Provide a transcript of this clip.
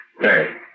Hey